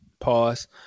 Pause